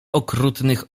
okrutnych